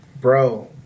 bro